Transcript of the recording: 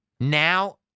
now